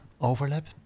Overlap